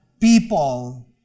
people